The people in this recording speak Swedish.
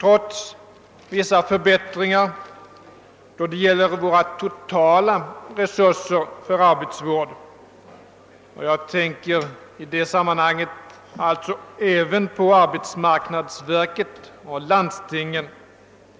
Trots vissa förbättringar då det gäller de totala resurserna för arbetsvården — jag tänker i detta sammanhang alltså även på arbetsmarknadsverket och landstingen